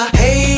hey